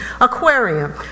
aquarium